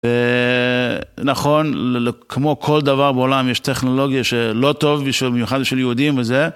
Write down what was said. נכון, כמו כל דבר בעולם יש טכנולוגיה שלא טוב, במיוחד של יהודים וזה.